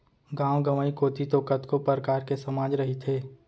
गाँव गंवई कोती तो कतको परकार के समाज रहिथे